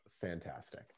fantastic